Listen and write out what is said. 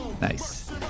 Nice